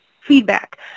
feedback